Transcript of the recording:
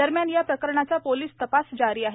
दरम्यान या प्रकरणाचा पोलीस तपास जारी आहे